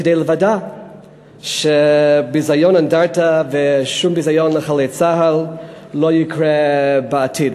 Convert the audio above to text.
כדי לוודא שביזיון אנדרטה ושום ביזיון לחללי צה"ל לא יקרה בעתיד.